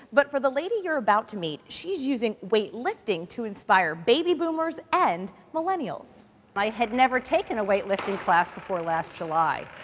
but for the lady you're about to meet, she's using weightlifting to inspire baby boomers and millennials i had never taken a weightlifting class before last july.